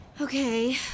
Okay